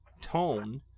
tone